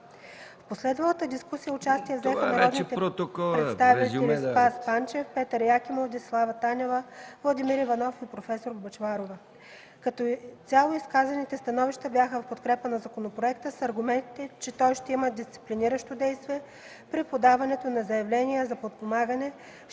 В последвалата дискусия участие взеха народните представители Спас Панчев, Петър Якимов, Десислава Танева, Владимир Иванов и проф. Бъчварова. Като цяло изказаните становища бяха в подкрепа на законопроекта с аргументите, че той ще има дисциплиниращо действие при подаването на заявления за подпомагане,